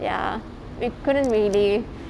ya you couldn't really